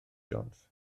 jones